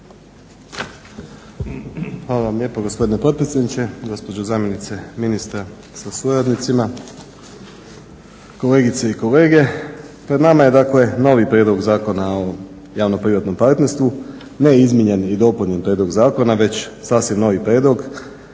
Hvala vam lijepa gospodine potpredsjedniče. Gospođo zamjenice ministra sa suradnicima, kolegice i kolege. Pred nama je dakle novi Prijedlog Zakona o javno-privatnog partnerstva, ne izmijenjen i dopunjen prijedlog zakona već sasvim novi prijedlog.